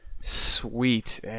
sweet